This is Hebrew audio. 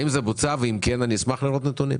האם זה בוצע, ואם כן, אשמח לראות נתונים.